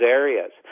areas